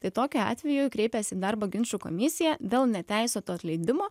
tai tokiu atveju kreipiasi į darbo ginčų komisiją dėl neteisėto atleidimo